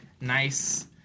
nice